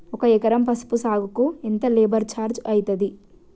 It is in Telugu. ఒక ఎకరం పసుపు సాగుకు ఎంత లేబర్ ఛార్జ్ అయితది?